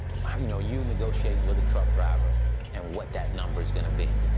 you know you're negotiating with a truck driver and what that number is gonna be.